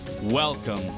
Welcome